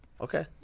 Okay